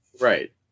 Right